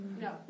No